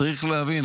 צריך להבין,